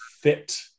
fit